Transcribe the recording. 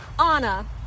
Anna